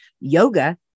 Yoga